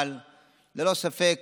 אבל ללא ספק